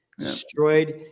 destroyed